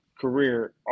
career